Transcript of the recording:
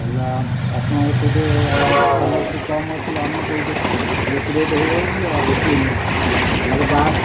ହେଲା ଆପଣଙ୍କ ସେଇଟି ତୁମର ସେଠି କମ୍ ଅଛି ଆମର ସେ ଏଇଟା ବେଶୀ ରେଟ୍ ହୋଇଯାଉଛି ଆଉ ହାର ବାହାରେ